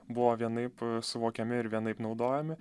buvo vienaip suvokiami ir vienaip naudojami